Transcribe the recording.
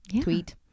tweet